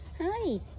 hi